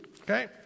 okay